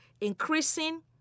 increasing